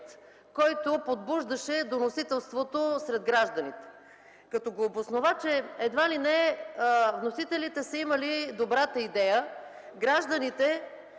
който подбуждаше доносителството сред гражданите. Обоснова се, че едва ли не вносителите са имали добрата идея гражданите,